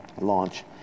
launch